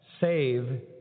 Save